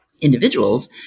individuals